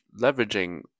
leveraging